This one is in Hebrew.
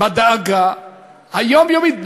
בדאגה היומיומית,